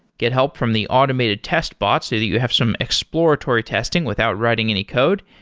get help from the automated test bots that you have some exploratory testing without writing any code,